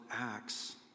acts